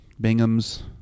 Bingham's